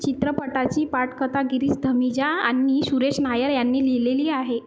चित्रपटाची पटकथा गिरीश धमीजा आणि सुरेश नायर यांनी लिहिलेली आहे